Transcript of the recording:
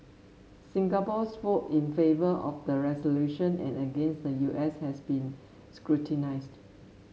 Singapore's vote in favour of the resolution and against the U S has been scrutinised